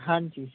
ਹਾਂਜੀ